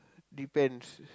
depends